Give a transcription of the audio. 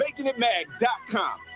makingitmag.com